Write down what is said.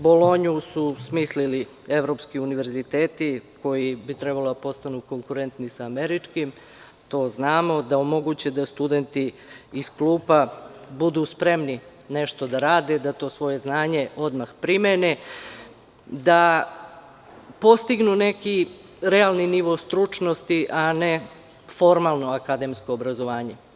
Bolonju su smislili evropski univerziteti, koji bi trebalo da postanu konkurentni sa američkim, to znamo, da omoguće da studenti iz klupa budu spremni nešto da rade, da to svoje znanje odmah primene, da postignu neki realni nivo stručnosti, a ne formalno akademsko obrazovanje.